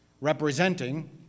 representing